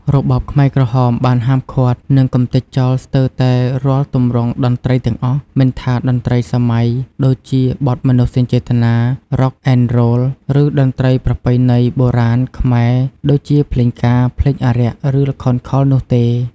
របបខ្មែរក្រហមបានហាមឃាត់ និងកម្ទេចចោលស្ទើរតែរាល់ទម្រង់តន្ត្រីទាំងអស់ មិនថាតន្ត្រីសម័យដូចជាបទមនោសញ្ចេតនា រ៉ុកអែនរ៉ូល ឬតន្ត្រីប្រពៃណីបុរាណខ្មែរដូចជាភ្លេងការ ភ្លេងអារក្ស ឬល្ខោនខោលនោះទេ។